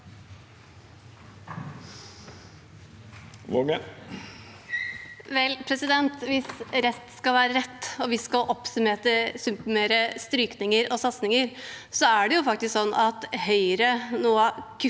hvis rett skal være rett og vi skal oppsummere strykninger og satsinger, er det faktisk sånn at Høyre nå